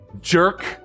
jerk